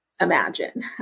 imagine